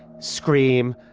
scream,